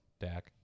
Dak